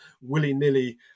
willy-nilly